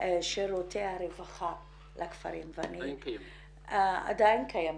שירותי הרווחה לכפרים, הם עדיין קיימים.